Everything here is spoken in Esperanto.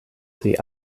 pli